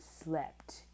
slept